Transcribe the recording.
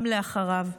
גם אחריו.